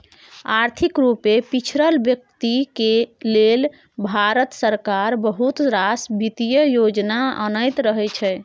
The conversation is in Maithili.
आर्थिक रुपे पिछरल बेकती लेल भारत सरकार बहुत रास बित्तीय योजना अनैत रहै छै